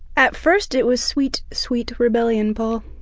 at first it was sweet, sweet rebellion, paul.